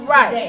Right